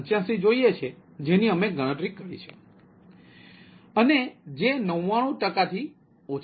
385 જોઈએ છીએ જેની અમે ગણતરી કરી છે અને જે 99 ટકાથી ઓછી છે